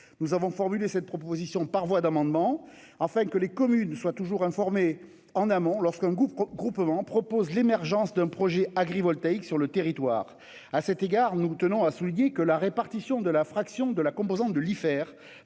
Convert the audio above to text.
Nous avons formulé cette proposition par voie d'amendement, afin que les communes soient toujours informées en amont lorsqu'un groupement propose la réalisation d'un projet agrivoltaïque sur leur territoire. À cet égard, nous tenons à souligner que la répartition de la fraction de l'imposition